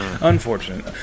Unfortunate